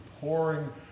Pouring